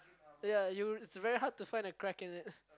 ya you is very hard to find a crack in it